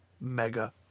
Mega